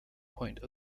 point